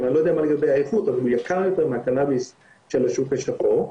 אני לא יודע מה לגבי האיכות אבל הוא יקר יותר מהקנאביס של השוק השחור,